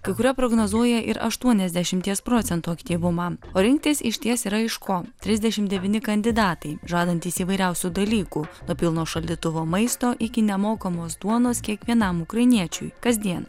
kai kurie prognozuoja ir aštuoniasdešimties procentų aktyvumą o rinktis išties yra iš ko trisdešim devyni kandidatai žadantys įvairiausių dalykų nuo pilno šaldytuvo maisto iki nemokamos duonos kiekvienam ukrainiečiui kasdien